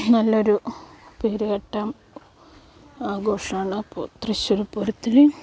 നല്ലൊരു പേരുകേട്ട ആഘോഷമാണ് തൃശ്ശൂർപൂരത്തിന്